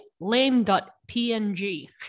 lame.png